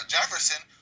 Jefferson